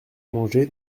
mangé